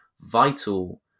vital